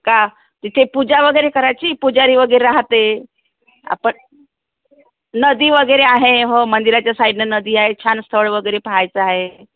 का तिथे पूजा वगैरे करायची पूजारी वगैरे राहते आपण नदी वगैरे आहे हो मंदिराच्या साईडनं नदी आहे छान स्थळ वगैरे पाहायचं आहे